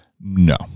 No